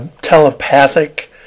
telepathic